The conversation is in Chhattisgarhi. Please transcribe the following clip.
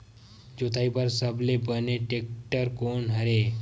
जोताई बर सबले बने टेक्टर कोन हरे?